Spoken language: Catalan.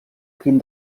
crim